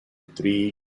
tree